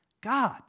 God